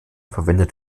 verwendet